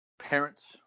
parents